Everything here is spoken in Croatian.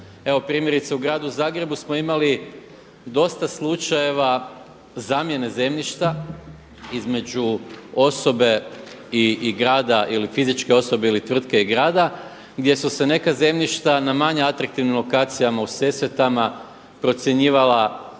primjerice u gradu Zagrebu smo imali dosta slučajeva zamjene zemljišta između osobe i grada ili fizičke osobe ili tvrtke i grada, gdje su se neka zemljišta na manje atraktivnim lokacijama u Sesvetama procjenjivala